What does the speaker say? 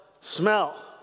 smell